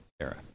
Sarah